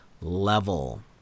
level